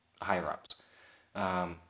higher-ups